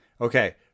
Okay